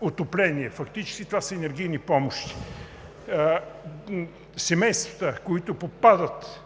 отопление. Фактически това са енергийни помощи. Семействата, които попадат